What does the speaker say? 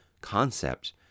concept